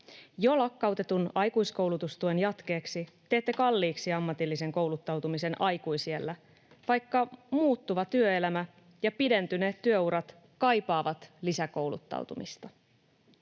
Jo lakkautetun aikuiskoulutustuen jatkeeksi teette kalliiksi ammatillisen kouluttautumisen aikuisiällä, vaikka muuttuva työelämä ja pidentyneet työurat kaipaavat lisäkouluttautumista.